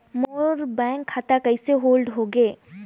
मोर bank खाता कइसे hold होगे?